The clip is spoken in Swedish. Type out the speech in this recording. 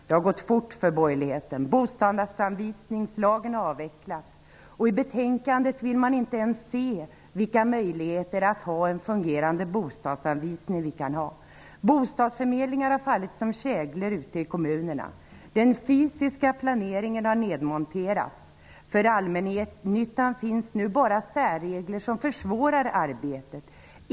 Det har gått fort för borgerligheten: Bostadsanvisningslagen har avskaffats, och i betänkandet vill man inte ens se vilka möjligheter till en fungerande bostadsanvisning som vi har. Bostadsförmedlingar har fallit som käglor ute i kommunerna. Den fysiska planeringen har nedmonterats. För allmännyttan finns nu bara särregler, som försvårar arbetet.